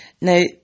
now